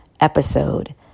episode